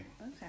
Okay